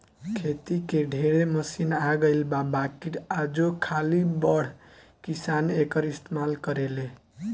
खेती के ढेरे मशीन आ गइल बा बाकिर आजो खाली बड़ किसान एकर इस्तमाल करेले